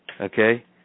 okay